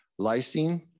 lysine